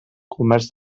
comerç